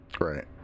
Right